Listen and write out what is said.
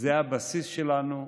זה הבסיס שלנו,